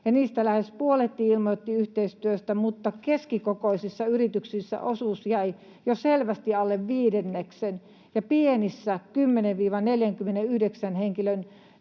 joista lähes puolet ilmoitti yhteistyöstä, mutta keskikokoisissa yrityksissä osuus jäi jo selvästi alle viidenneksen, ja pienistä, 10—49 henkilöä